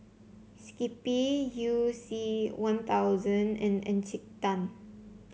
skippy You C One Thousand and Encik Tan